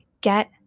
get